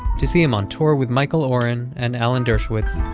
to see him on tour with michael oren and alan dershowitz,